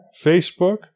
Facebook